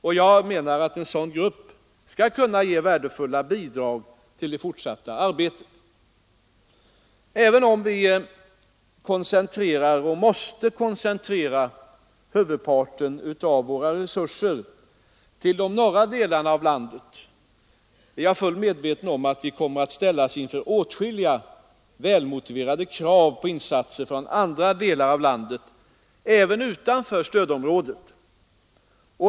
En sådan grupp skulle enligt min mening kunna ge ett värdefullt bidrag till det fortsatta arbetet. Även om vi koncentrerar — och måste koncentrera — huvudparten av våra resurser till de norra delarna av landet, är jag fullt medveten om att vi kommer att ställas inför åtskilliga välmotiverade krav på insatser från andra delar av landet utanför stödområdet.